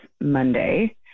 Monday